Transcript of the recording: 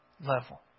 level